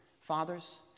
fathers